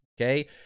Okay